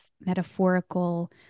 metaphorical